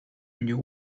you